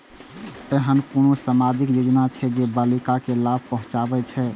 ऐहन कुनु सामाजिक योजना छे जे बालिका के लाभ पहुँचाबे छे?